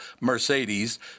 Mercedes